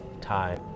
time